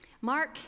Mark